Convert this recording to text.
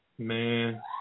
Man